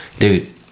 Dude